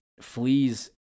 Fleas